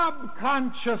subconscious